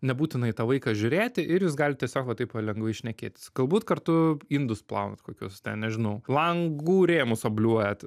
nebūtina į tą vaiką žiūrėti ir jūs galit tiesiog va taip pat lengvai šnekėtis galbūt kartu indus plaunat kokius ten nežinau langų rėmus obliuojat